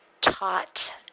taught